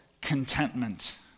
contentment